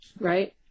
Right